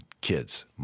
kids